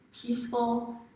peaceful